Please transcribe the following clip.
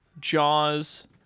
Jaws